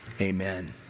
Amen